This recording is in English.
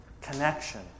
Connection